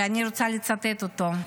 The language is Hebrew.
ואני רוצה לצטט אותו: